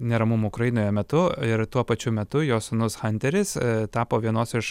neramumų ukrainoje metu ir tuo pačiu metu jo sūnus hanteris tapo vienos iš